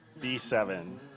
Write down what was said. B7